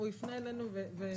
הוא יפנה אלינו ונחזיר לו.